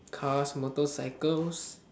cars motorcycles